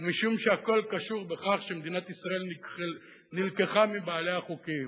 ומשום שהכול קשור בכך שמדינת ישראל נלקחה מבעליה החוקיים